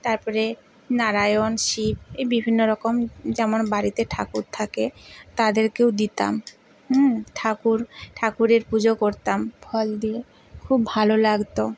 তারপরে নারায়ণ শিব এই বিভিন্ন রকম যেমন বাড়িতে ঠাকুর থাকে তাদেরকেও দিতাম ঠাকুর ঠাকুরের পুজো করতাম ফল দিয়ে খুব ভালো লাগতো